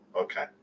okay